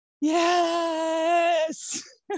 Yes